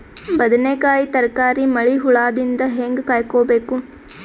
ಬದನೆಕಾಯಿ ತರಕಾರಿ ಮಳಿ ಹುಳಾದಿಂದ ಹೇಂಗ ಕಾಯ್ದುಕೊಬೇಕು?